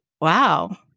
wow